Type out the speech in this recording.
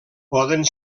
poden